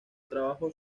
trabajo